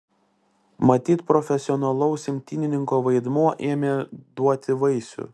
matyt profesionalaus imtynininko vaidmuo ėmė duoti vaisių